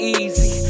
easy